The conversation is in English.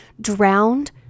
drowned